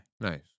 Nice